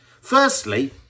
Firstly